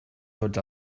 tots